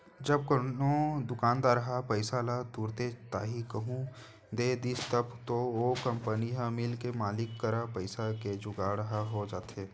जब कोनो दुकानदार ह पइसा ल तुरते ताही कहूँ दे दिस तब तो ओ कंपनी या मील के मालिक करा पइसा के जुगाड़ ह हो जाथे